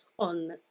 on